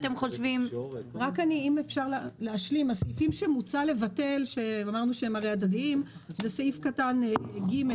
אם אפשר להשלים: הסעיפים שמוצע לבטל הם סעיף קטן (ג):